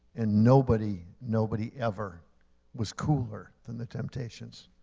and nobody, nobody ever was cooler than the temptations.